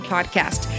Podcast